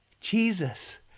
Jesus